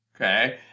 Okay